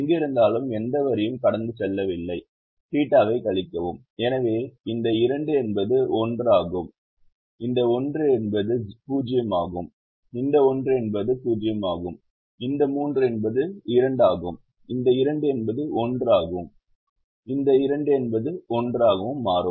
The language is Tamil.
எங்கிருந்தாலும் எந்த வரியும் கடந்து செல்லவில்லை θ ஐக் கழிக்கவும் எனவே இந்த 2 என்பது 1 ஆகவும் இந்த 1 என்பது 0 ஆகவும் இந்த 1 என்பது 0 ஆகவும் இந்த 3 என்பது 2 ஆகவும் இந்த 2 என்பது 1 ஆகவும் இந்த 2 என்பது 1 ஆகவும் மாறும்